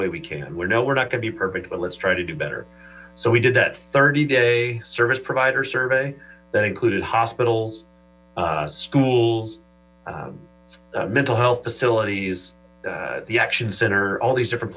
way we can we're no we're not going to be perfect but let's try to do better so we did that thirty day service provider survey that included hospitals schools mental health facilities the action center all these different